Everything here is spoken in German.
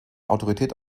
autorität